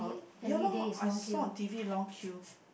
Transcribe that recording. ya loh I saw on T_V long queue